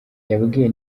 yabwiye